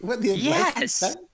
yes